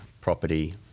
property